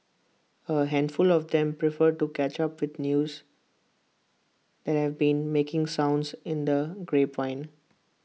A handful of them prefer to catch up with news that have been making sounds in the grapevine